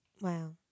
Wow